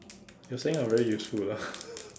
you're saying I'm very useful ah